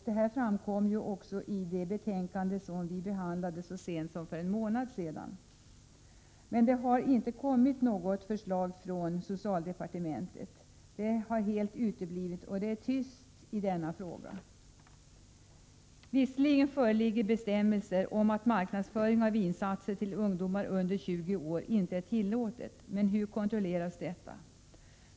Detta framkom också i det betänkande som behandlades i riksdagen så sent som för en månad sedan. Förslaget har dock helt uteblivit, och det är tyst i denna fråga på socialdepartementet. Visserligen föreligger bestämmelser om att marknadsföring av vinsatser till ungdomar under 20 år inte är tillåten. Men hur kontrolleras detta?